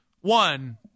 One